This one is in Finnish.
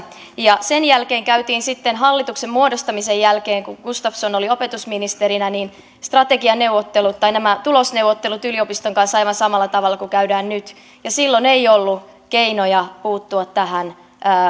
ja sen jälkeen käytiin sitten hallituksen muodostamisen jälkeen kun gustafsson oli opetusministerinä strategianeuvottelut tai tulosneuvottelut yliopiston kanssa aivan samalla tavalla kuin käydään nyt silloin ei ollut keinoja puuttua